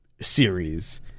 series